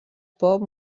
pop